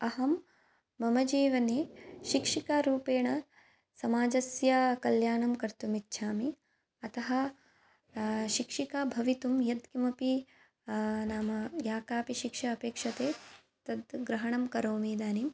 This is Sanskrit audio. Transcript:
अहं मम जीवने शिक्षिकारूपेण समाजस्य कल्याणं कर्तुम् इच्छामि अतः शिक्षिका भवितुं यत्किमपि नाम या कापि शिक्षा अपेक्ष्यते तत् ग्रहणं करोमि इदानीं